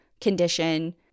condition